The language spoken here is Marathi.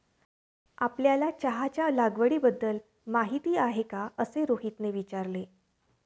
आपल्याला चहाच्या लागवडीबद्दल माहीती आहे का असे रोहितने विचारले?